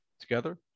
together